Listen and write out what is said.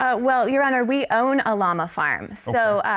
ah well, your honor, we own a llama farm, so, ah,